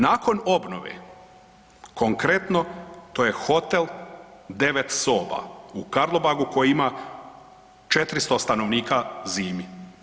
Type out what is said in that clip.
Nakon obnove konkretno to je hotel 9 soba u Karlobagu koji ima 400 stanovnika zimi.